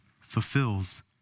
fulfills